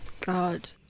God